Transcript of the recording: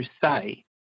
say